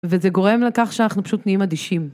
וזה גורם לכך שאנחנו פשוט נהיים אדישים.